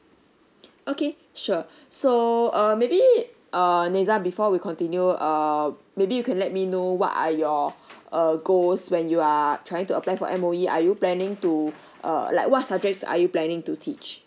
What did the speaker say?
okay sure so uh maybe uh nizam before we continue um maybe you could let me know what are your err goes when you are trying to apply for M_O_E are you planning to err like what's subject are you planning to teach